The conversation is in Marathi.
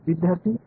विद्यार्थी उच्च